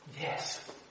Yes